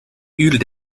uur